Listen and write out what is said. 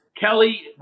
Kelly